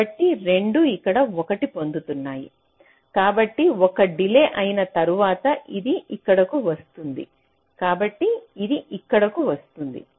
కాబట్టి రెండూ ఇక్కడ 1 పొందుతున్నాయి కాబట్టి ఒక డిలే అయిన తరువాత ఇది ఇక్కడకు వస్తుంది కాబట్టి ఇది ఇక్కడకు వస్తుంది